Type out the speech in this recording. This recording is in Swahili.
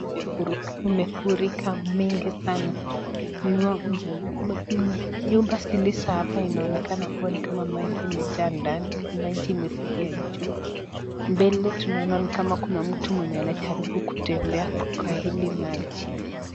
Limefurika mingi sana. Nyumba zilizo hapa inaonekana kuwa ni kama maji imejaa ndani, ni maji imefikia juu. Mbele tunaona ni kama kuna mtu mwenye anajaribu kutembea kwa hili maji.